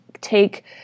take